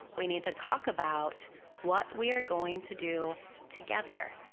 we need to talk about what we are going to do together.